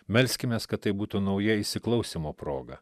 melskimės kad tai būtų nauja įsiklausymo proga